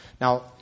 Now